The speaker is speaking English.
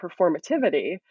performativity